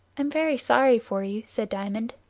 i'm very sorry for you, said diamond.